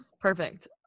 Perfect